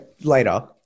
later